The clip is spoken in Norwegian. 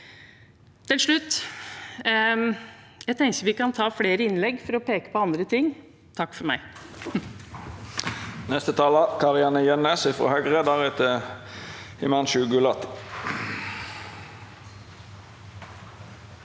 Til slutt: Jeg tenker vi kan ta flere innlegg for å peke på andre ting. Ni ls T.